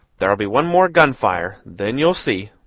there'll be one more gun-fire then you'll see.